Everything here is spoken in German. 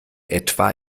etwa